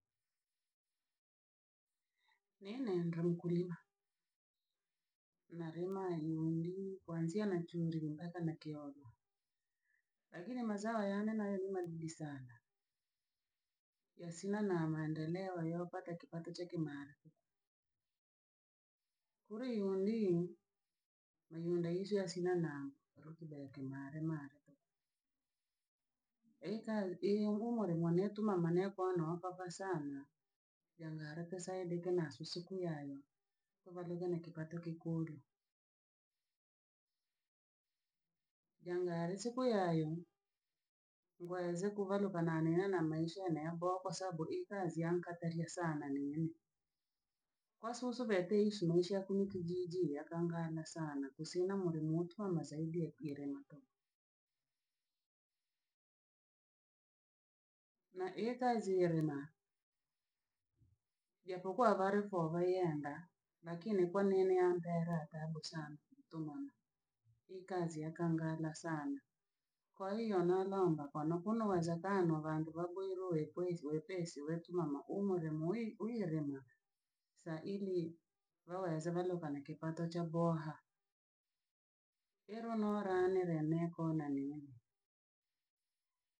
Niini ndri mkulima, narima iyuundii, kuanzia na chuuri mpaka na kyuulo, lakini mazao yane noorima ni madudi sana, yasina da maendeleo yopata kipato cha kimaare. Kuri iyuendi, mayundi yiiso yasina na rutuba yakimalemale. Ikaye eingumula mwane yetumamane ne kono okapa sana, yang'ara kisaidiki na susu kuu yaani, kuvaluke na kipato kikundu. yang'are siku yaayo, uanze kuvaluka nane namaisha yaboha kwasababu ikazi yaankatalie sana nini. Ko susu ba tuishi maisha ya kuno kijiji ire yakangana sana kusina yule muntu yee ana saidi ya ile matoo. Na ilikazi ya irima, japokuwa vari foo vaiyenda, lakini kwa niini yanpera taabu sana tumame, ikazi yakangana sana, kwahiyo nolomba kwani kuna uwezekano vantu vakulole uwepe uwepesi woo tumama sa ure mwi- mwire naa, saa ili, waweze vali valinikipato chaboha, ilunula nile niko naniini.